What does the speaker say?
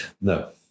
No